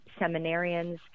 seminarians